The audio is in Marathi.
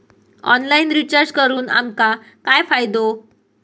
ऑनलाइन रिचार्ज करून आमका काय फायदो?